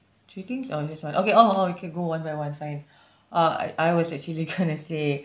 three things or just one okay oh oh we can go one by one fine uh I I was actually going to say